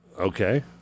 Okay